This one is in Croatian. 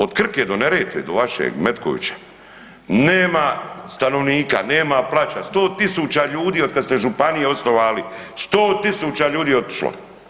Od Krke do Neretve, do vašeg Metkovića, nema stanovnika, nema plača, 100 000 ljudi od kad ste županiju osnovali, 100 000 ljudi je otišlo.